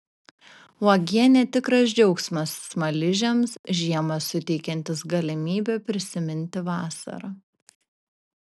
uogienė tikras džiaugsmas smaližiams žiemą suteikiantis galimybę prisiminti vasarą